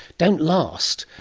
don't last.